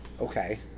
Okay